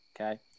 okay